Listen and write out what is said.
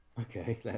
Okay